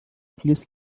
please